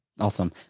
Awesome